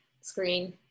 screen